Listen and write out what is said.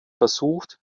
versucht